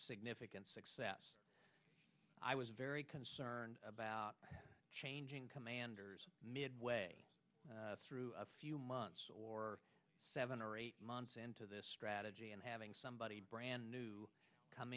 significant success i was very concerned about changing commanders midway through a few months or seven or eight months into this strategy and having somebody brand new come